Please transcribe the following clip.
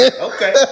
Okay